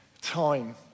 time